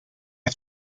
are